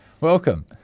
Welcome